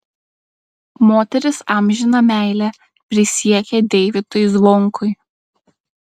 moteris amžiną meilę prisiekė deivydui zvonkui